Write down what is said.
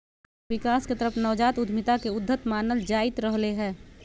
विकास के तरफ नवजात उद्यमिता के उद्यत मानल जाईंत रहले है